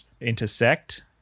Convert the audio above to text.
intersect